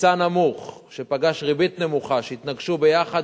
היצע נמוך שפגש ריבית נמוכה, שהתנגשו ביחד,